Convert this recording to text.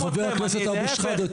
אבו שחאדה,